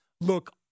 look